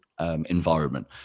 Environment